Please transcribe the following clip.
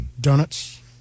Donuts